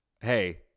hey